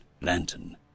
Lantern